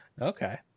Okay